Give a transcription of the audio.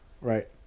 Right